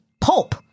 pulp